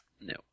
No